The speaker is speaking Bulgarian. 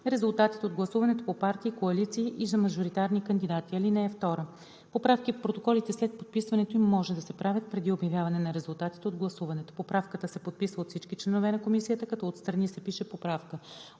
резултатите от гласуването по партии, коалиции и за мажоритарни кандидати. (2) Поправки в протоколите след подписването им може да се правят преди обявяване на резултатите от гласуването. Поправката се подписва от всички членове на комисията, като отстрани се пише „поправка“.